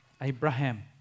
Abraham